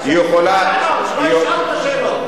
שלא ישאל אותה שאלות.